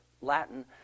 Latin